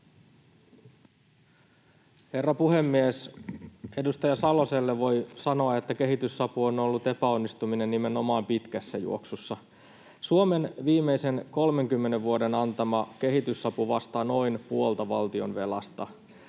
Herra puhemies! Edustaja Saloselle voi sanoa, että kehitysapu on ollut epäonnistuminen nimenomaan pitkässä juoksussa. Suomen viimeisen 30 vuoden aikana antama kehitysapu vastaa noin puolta valtionvelasta.